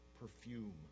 perfume